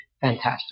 fantastic